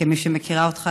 כמי שמכירה אותך,